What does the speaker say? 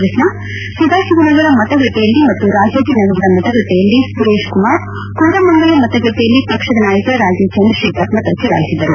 ಕೃಷ್ಣ ಸದಾಶಿವನಗರ ಮತಗಟ್ಟೆಯಲ್ಲಿ ಮತ್ತು ರಾಜಾಜಿನಗರದ ಮತಗಟ್ಟೆಯಲ್ಲಿ ಸುರೇಶ್ ಕುಮಾರ್ ಕೋರಮಂಗಲ ಮತಗಟ್ಟೆಯಲ್ಲಿ ಪಕ್ಷದ ನಾಯಕ ರಾಜೀವ್ ಚಂದ್ರಶೇಖರ್ ಮತ ಚಲಾಯಿಸಿದರು